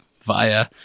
via